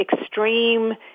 extreme